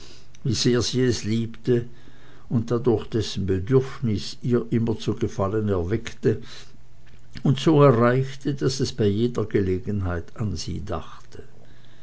wie sehr sie es liebte und dadurch dessen bedürfnis ihr immer zu gefallen erweckte und so erreichte daß es bei jeder gelegenheit an sie dachte